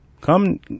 come